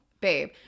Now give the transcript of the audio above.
Babe